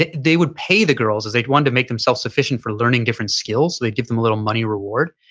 they would pay the girls as they'd want to make themselves sufficient for learning different skills. they'd give them a little money reward,